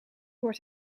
wordt